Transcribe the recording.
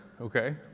okay